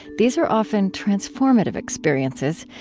these are often transformative experiences,